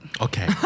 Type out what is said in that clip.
Okay